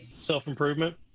self-improvement